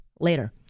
later